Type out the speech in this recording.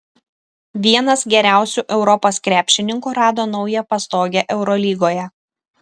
vienas geriausių europos krepšininkų rado naują pastogę eurolygoje